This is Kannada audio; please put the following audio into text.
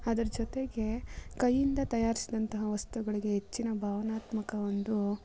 ಅದರ ಜೊತೆಗೆ ಕೈಯಿಂದ ತಯಾರಿಸ್ದಂತಹ ವಸ್ತುಗಳಿಗೆ ಹೆಚ್ಚಿನ ಭಾವನಾತ್ಮಕ ಒಂದು